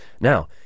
now